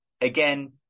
again